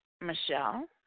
Michelle